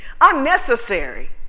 unnecessary